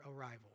arrival